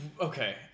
Okay